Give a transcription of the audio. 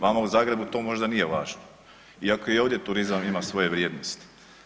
Vama u Zagrebu možda to nije važno iako i ovdje turizam ima svoje vrijednosti.